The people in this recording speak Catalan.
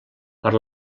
per